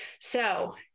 So-